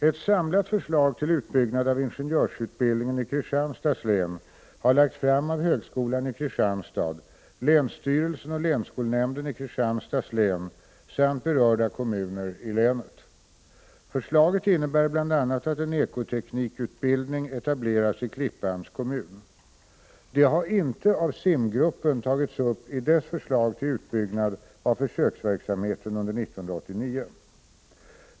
Ett samlat förslag till utbyggnad av ingenjörsutbildningen i Kristianstads län har lagts fram av högskolan i Kristianstad, länsstyrelsen och länsskolnämnden i Kristianstads län samt berörda kommuner i länet. Förslaget innebär bl.a. att en ekoteknikutbildning etableras i Klippans kommun. Det har inte av SIM-gruppen tagits upp i dess förslag till utbyggnad av försöksverksamheten under 1989.